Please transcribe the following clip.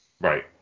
Right